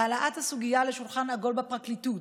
העלאת הסוגיה לשולחן עגול בפרקליטות,